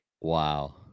Wow